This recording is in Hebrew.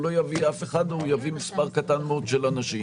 לא יביא אף אחד או הוא יביא מספר קטן מאוד של אנשים.